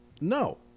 No